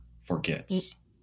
forgets